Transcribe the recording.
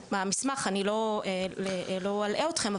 ובמסמך אני לא אלאה אתכם,